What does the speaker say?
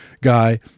guy